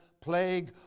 plague